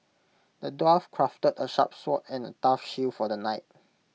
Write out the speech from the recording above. the dwarf crafted A sharp sword and A tough shield for the knight